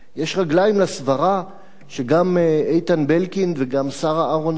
יש רגליים לסברה שגם איתן בלקינד וגם שרה אהרונסון,